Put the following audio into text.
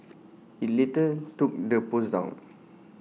IT later took the post down